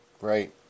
Right